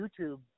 YouTube